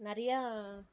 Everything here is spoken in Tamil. நிறையா